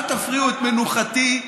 אל תפריעו את מנוחתי,